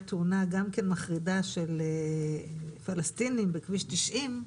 תאונה גם כן מחרידה של פלסטינים בכביש 90,